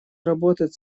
работать